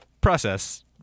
process